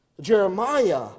Jeremiah